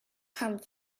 come